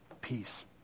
peace